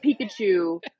Pikachu